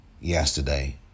yesterday